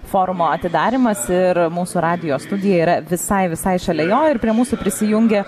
forumo atidarymas ir mūsų radijo studija yra visai visai šalia jo ir prie mūsų prisijungia